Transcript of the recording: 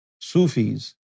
Sufis